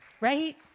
right